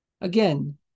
Again